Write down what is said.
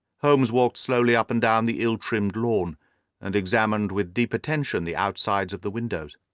holmes walked slowly up and down the ill-trimmed lawn and examined with deep attention the outsides of the windows.